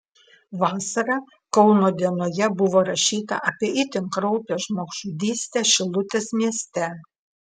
vasarą kauno dienoje buvo rašyta apie itin kraupią žmogžudystę šilutės mieste